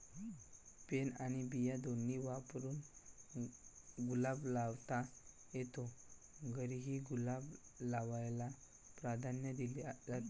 pen आणि बिया दोन्ही वापरून गुलाब लावता येतो, घरीही गुलाब लावायला प्राधान्य दिले जाते